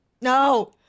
no